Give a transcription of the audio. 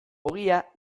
ogia